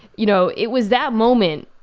you know, it was that moment,